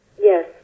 Yes